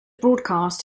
broadcast